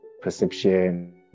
perception